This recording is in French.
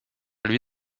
lui